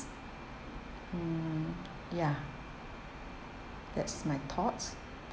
mm ya that's my thoughts